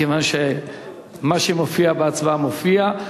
כיוון שמה שמופיע בהצבעה מופיע,